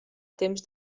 temps